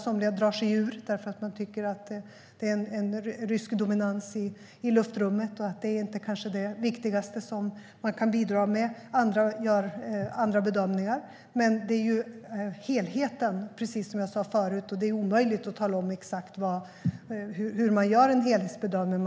Somliga drar sig ur, därför att man tycker att det är en rysk dominans i luftrummet och att detta kanske inte är det viktigaste man kan bidra med. Andra gör andra bedömningar. Precis som jag sa förut handlar det om helheten, och det är omöjligt att tala om exakt hur man gör en helhetsbedömning.